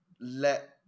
let